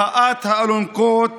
מחאת האלונקות,